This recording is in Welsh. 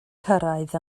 cyrraedd